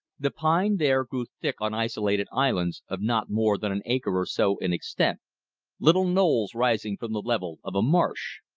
the pine there grew thick on isolated islands of not more than an acre or so in extent little knolls rising from the level of a marsh.